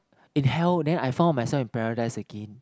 in hell then I found myself in paradise again